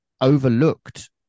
overlooked